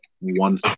one